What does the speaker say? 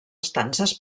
estances